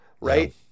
right